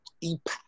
impact